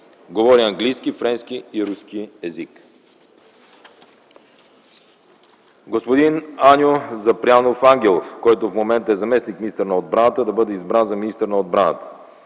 Говори английски, френски и руски език. Господин Аню Запрянов Ангелов, който в момента е заместник-министър на отбраната, да бъде избран за министър на отбраната.